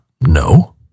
no